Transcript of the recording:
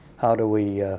how do we